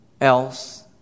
else